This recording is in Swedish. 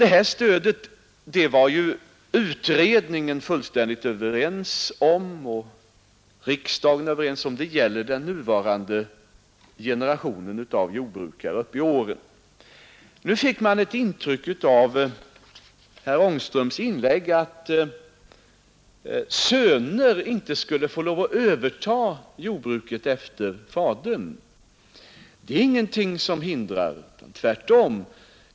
Inom utredningen och även inom riksdagen rådde ju full enighet i fråga om detta stöd: det gäller den nuvarande generationen av jordbrukare uppe i åren. Av herr Angströms inlägg fick man intrycket att söner inte skulle få lov att överta ett jordbruk efter fadern. Men det är ingenting som hindrar detta - tvärtom.